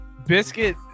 biscuit